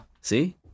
See